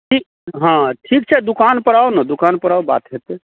ठीक हँ ठीक छै दोकानपर आउ ने दोकानपर आउ बात हेतै